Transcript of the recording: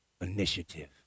initiative